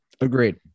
Agreed